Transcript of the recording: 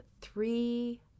three